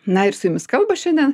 na ir su jumis kalba šiandien